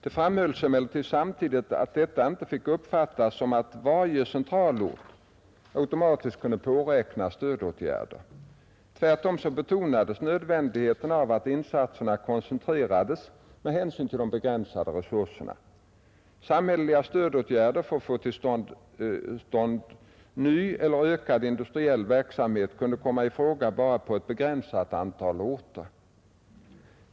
Det framhölls emellertid samtidigt att detta inte fick uppfattas så att varje centralort automatiskt kunde påräkna stödåtgärder. Tvärtom betonades nödvändigheten av att insatserna koncentrerades med hänsyn till de begränsade resurserna. Samhälleliga stödåtgärder för att få till stånd ny eller ökad industriell verksamhet kunde komma i fråga bara på ett begränsat antal orter.